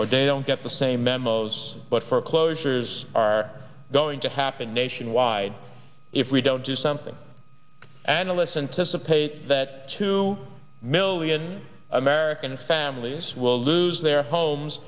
day don't get the same memos but for closures are going to happen nationwide if we don't do something analysts and dissipate that two million american families will lose their homes